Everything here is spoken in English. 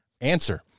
answer